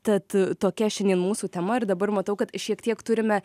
tad tokia šiandien mūsų tema ir dabar matau kad šiek tiek turime